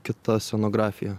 kita scenografija